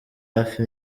hafi